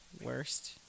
worst